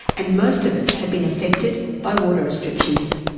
and most of us have been affected by water restrictions.